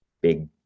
big